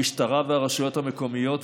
המשטרה והרשויות המקומיות,